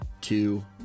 two